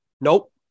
Nope